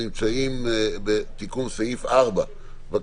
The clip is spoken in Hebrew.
יבוא "העתקים מאושרים ממסמכי היסוד של התאגיד"; זו גם הקלה,